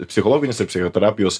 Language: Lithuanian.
psichologinius ir psichoterapijos